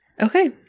Okay